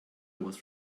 was